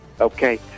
Okay